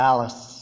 Alice